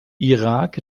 irak